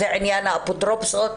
זה עניין האפוטרופסות.